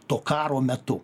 to karo metu